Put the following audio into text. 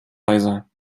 leiser